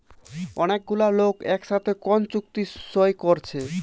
অনেক গুলা লোক একসাথে কোন চুক্তি সই কোরছে